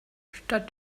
statt